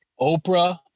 oprah